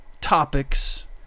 topics